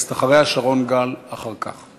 חבר הכנסת, אחריה, ושרון גל אחר כך.